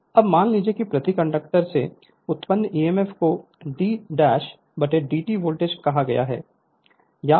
Refer Slide Time 2418 अब मान लीजिए कि प्रति कंडक्टर से उत्पन्न ईएमएफ को d ∅ dash dt वोल्ट कहा जाएगा